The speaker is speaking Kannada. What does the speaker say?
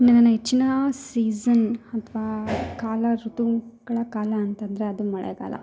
ನನ್ನ ನೆಚ್ಚಿನ ಸೀಝನ್ ಅಥ್ವಾ ಕಾಲ ಋತುಗಳ ಕಾಲ ಅಂತ ಅಂದ್ರೆ ಅದು ಮಳೆಗಾಲ